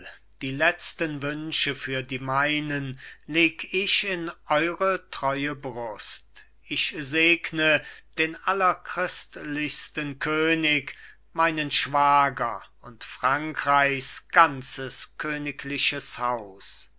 die letzten wünsche für die meinen leg ich in eure treue brust ich segne den allerchristlichsten könig meinen schwager und frankreichs ganzes königliches haus